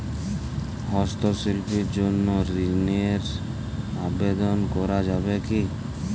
হস্তশিল্পের জন্য ঋনের আবেদন করা যাবে কি?